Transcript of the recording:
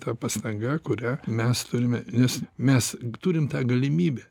ta pastanga kurią mes turime nes mes turim tą galimybę